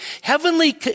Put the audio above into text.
heavenly